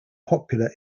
popular